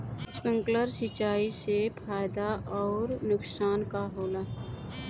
Sprinkler सिंचाई से फायदा अउर नुकसान का होला?